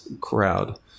crowd